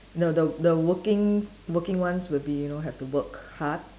no the the working working ones will be you know have to work hard